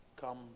Come